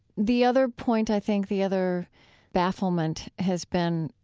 the other point, i think, the other bafflement has been,